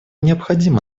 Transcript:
необходимо